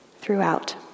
throughout